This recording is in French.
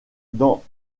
dans